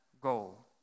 goal